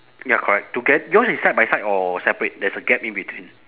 ya correct to get yours is side by side or separate there's a gap in between